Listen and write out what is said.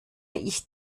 ich